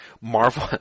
Marvel